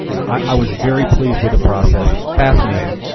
i was very pleased with the process, fascinating.